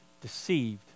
deceived